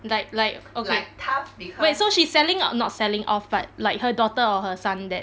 like like okay wait so she's selling or not selling off but like her daughter or her son then